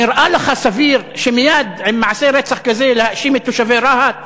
נראה לך סביר מייד עם מעשה רצח כזה להאשים את תושבי רהט?